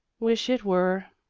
wish it were,